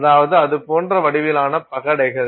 அதாவது அது போன்ற வடிவிலான பகடைகள்